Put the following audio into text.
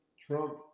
Trump